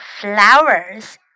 flowers